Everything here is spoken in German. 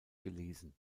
gelesen